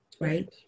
Right